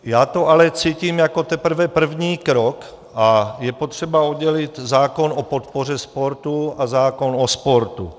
Já to ale cítím jako teprve první krok a je potřeba oddělit zákon o podpoře sportu a zákon o sportu.